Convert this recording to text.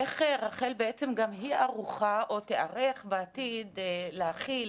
איך רח"ל ערוכה או תיערך בעתיד להכיל,